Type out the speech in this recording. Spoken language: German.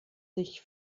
sich